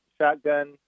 shotgun